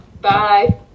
Bye